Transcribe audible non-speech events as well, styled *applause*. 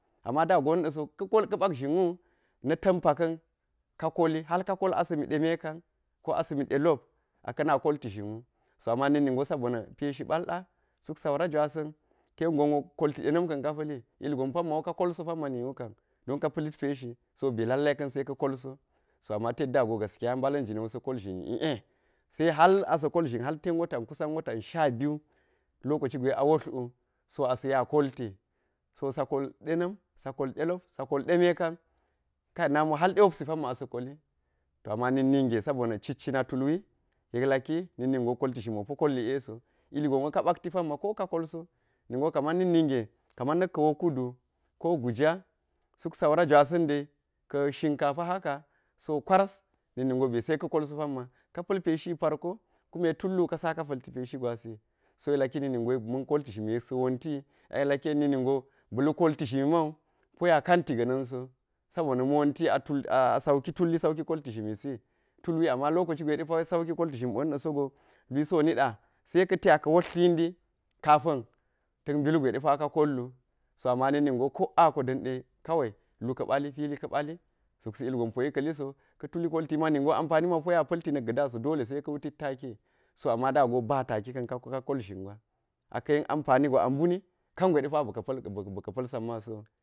Ama da go ni da̱so kuma ka̱ bak zhinwu na̱ ta̱npa ka̱n ko kolihal ka kol asa̱mi dimekan ko asa̱ni delop a ka̱na kolti zhinwu ama na̱kningo saboni peshi ɓalda suk saura jwasiu keyen gonwo kolti dena̱m ka̱n ka pa̱li lligon pammawo ka kalso pamma niwu kam don ka pa̱lid peshi so be lallai ka̱n se ka̱ kolso to ama tedda go mbala̱n jina̱n wo sa̱ kolzhin l'e se hal a sa̱ kolzhin halten watan ku san watan sha biyu lokoci gwe a wull wu so asa̱ya kolti so sa kol dena̱mi, so kol delop sa kol demekan kai namiwu hal de wupsi pamma asa̱ koli to ama na̱k ninge sabona̱ ciccina tulwi yek laki na̱k ningo kolti zhimiwo po kol l'e so llgonwo ka bakti pamma ko ka kolso ningo kaman ngk ninge kaman na̱k ka̱ wokudu, ko guja suk saura jwasa̱n de ka̱ shinkafa haka so kwaras nvk ningo be se ka̱ kol so pamma ka pa̱l peshi parko kuma tullu ka saka palti peshe gwasi so yek laki de na̱k ningo ma̱n kolti zhini yek sa̱ wouti wi a yek laki lu kolti zhimi mawu poya kanti ga̱ na̱n so sabo na̱ ma̱ wonti *unintelligible* a sauki tulli sauki kolti zhimi si tulwi ama lokoci gwe depawe sauki kolti zhimi ɓoni da̱ sogo lwisi wo niɖa se ka̱ te aka̱ wotl tlindi kapa̱m ta̱k mbilugwe ka kollu so ama na̱k ninge ko a ako da̱nɗe kawai lu ka̱ bli pili ka̱ ɓali zopsi ilgon poyi ka̱liso ka̱ tuli kolt ningo ampani mawu poya pa̱lti na̱k ga̱ da so dolise ka̱ wutid taki so ama da go ba taki ka̱u ka kolzhin gwa aka̱ yen ampanigwa a mbuni kangwe depa ba̱ka̱ baka pa̱l samma sowu